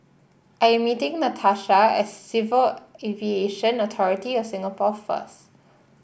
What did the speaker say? I am meeting Natasha at Civil Aviation Authority of Singapore first